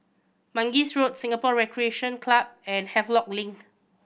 Mangis Road Singapore Recreation Club and Havelock Link